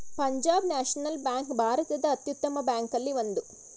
Punjab National Bank ಭಾರತದ ಅತ್ಯುತ್ತಮ ಬ್ಯಾಂಕಲ್ಲಿ ಒಂದು